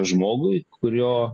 žmogui kurio